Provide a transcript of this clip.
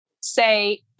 say